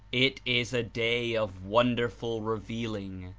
it is a day of wonderful revealing.